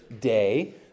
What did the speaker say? day